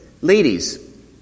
Ladies